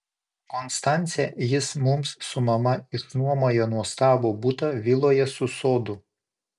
konstance jis mums su mama išnuomojo nuostabų butą viloje su sodu